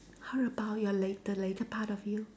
how about your later later part of you